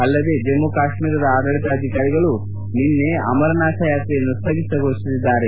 ಅಲ್ಲದೇ ಜಮ್ಮು ಕಾಶ್ಮೀರದ ಆಡಳಿತಾಧಿಕಾರಿಗಳು ನಿನ್ನೆ ಅಮರನಾಥ್ ಯಾತ್ರೆಯನ್ನು ಸ್ಥಗಿತಗೊಳಿಸಿದ್ದಾರೆ